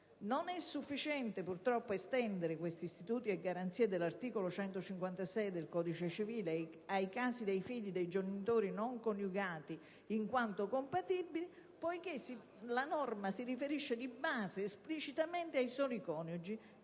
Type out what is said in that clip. Non è sufficiente purtroppo estendere questi istituti e garanzie previsti dall'articolo 156 del codice civile ai casi dei figli di genitori non coniugati in quanto compatibili poiché la norma si riferisce di base esplicitamente ai soli coniugi